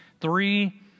three